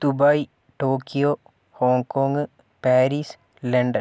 Dubai Tokyo Hong Kong Paris London